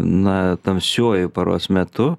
na tamsiuoju paros metu